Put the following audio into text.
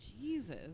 Jesus